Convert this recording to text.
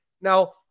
Now